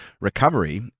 recovery